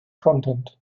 content